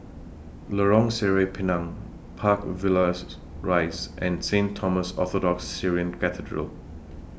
Lorong Sireh Pinang Park Villas Rise and Saint Thomas Orthodox Syrian Cathedral